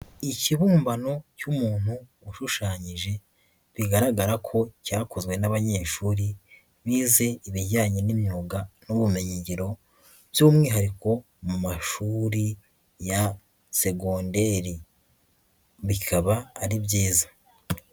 ikibumbano cy'umuntu ushushanyije, bigaragara ko cyakozwe n'abanyeshuri, bize ibijyanye n'imyuga n'ubumenyingiro, by'umwihariko mu mashuri ya segonderi. Bikaba ari byiza.